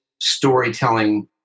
storytelling